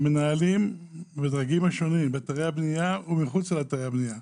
ומנהלים בדרגים שונים באתרי הבנייה ומחוץ לאתרי הבנייה,